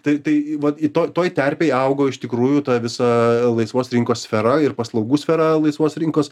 tai tai va į to toj terpėj augo iš tikrųjų ta visa laisvos rinkos sfera ir paslaugų sfera laisvos rinkos